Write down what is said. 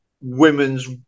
women's